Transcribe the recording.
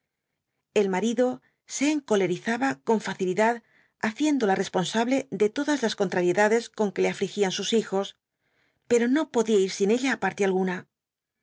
el marido se encolerizaba con facilidad haciéndola responsable de todas las contrariedades con que le afligían sus hijos pero no podía ir sin ella á parte alguna